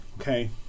Okay